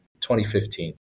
2015